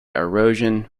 erosion